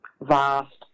vast